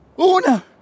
Una